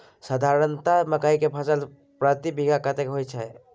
साधारणतया मकई के फसल प्रति बीघा कतेक होयत छै?